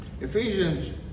Ephesians